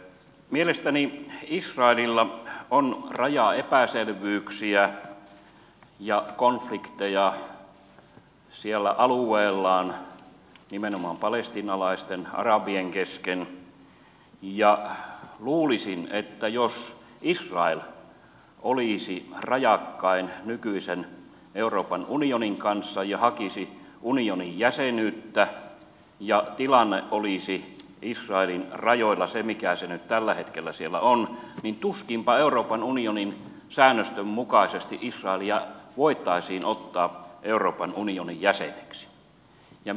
mielestäni israelilla on rajaepäselvyyksiä ja konflikteja siellä alueellaan nimenomaan palestiinalaisten arabien kesken ja luulisin että jos israel olisi rajakkain nykyisen euroopan unionin kanssa ja hakisi unionin jäsenyyttä ja tilanne olisi israelin rajoilla se mikä se nyt tällä hetkellä siellä on niin tuskinpa euroopan unionin säännösten mukaisesti israelia voitaisiin ottaa euroopan unionin jäseneksi